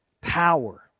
power